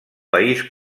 país